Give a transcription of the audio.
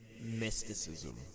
mysticism